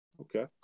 Okay